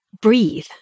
breathe